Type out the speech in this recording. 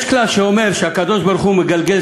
יש כלל שאומר שהקדוש-ברוך-הוא מגלגל